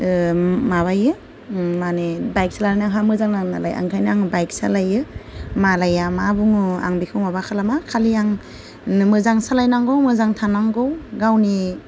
माबायो माने बाइक सालायनानैहा मोजां नाङो नालाय ओंखायनो आं बाइक सालायो मालाया मा बुङो आं बेखौ माबा खालामा खालि आं मोजां सालायनांगौ मोजां थानांगौ गावनि